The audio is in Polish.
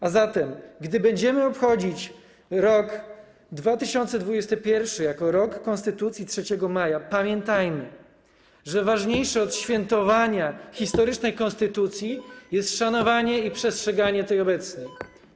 A zatem gdy będziemy obchodzić rok 2021 jako Rok Konstytucji 3 Maja, pamiętajmy, że ważniejsze od świętowania historycznej konstytucji jest szanowanie i przestrzeganie tej obecnej.